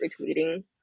retweeting